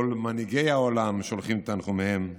כל מנהיגי העולם שולחים תנחומיהם.